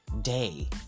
day